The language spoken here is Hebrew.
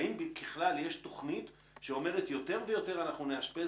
האם ככלל יש תוכנית שאומרת: יותר ויותר אנחנו נאשפז